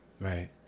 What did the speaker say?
right